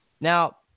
now